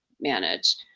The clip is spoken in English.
manage